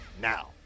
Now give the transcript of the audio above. now